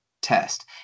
test